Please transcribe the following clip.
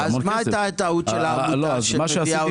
אז מה הייתה הטעות של העמותה שמובאת כאן לאישור?